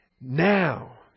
now